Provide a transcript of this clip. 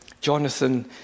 Jonathan